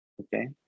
Okay